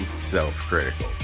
self-critical